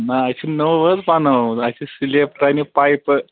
نہ اَسہِ چھِ نوٚو حظ بنومُت اَسہِ چھِ سِلیب تراونہِ پایپہٕ